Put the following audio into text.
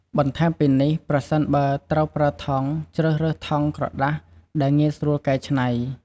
បន្ថែមពីនេះ ប្រសិនបើត្រូវប្រើថង់ ជ្រើសរើសថង់ក្រដាសដែលងាយស្រួលកែច្នៃ។